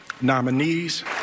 nominees